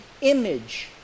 image